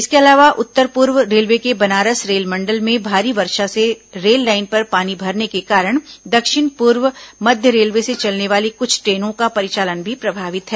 इसके अलावा उत्तर पूर्व रेलवे के बनारस रेलमंडल में भारी वर्षा से रेललाइन पर पानी भरने के कारण दक्षिण पूर्व मध्य रेलवे से चलने वाली क्छ ट्रेनों का परिचालन भी प्रभावित है